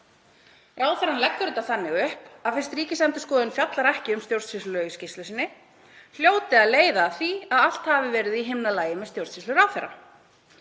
Ráðherrann leggur þetta þannig upp að fyrst Ríkisendurskoðun fjallar ekki um stjórnsýslulög í skýrslu sinni hljóti að leiða af því að allt hafi verið í himnalagi með stjórnsýslu ráðherra.